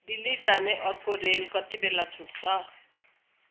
दिल्ली जाने अर्को रेल कतिबेला छुट्छ